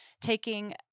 taking